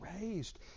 raised